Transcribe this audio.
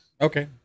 Okay